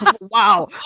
Wow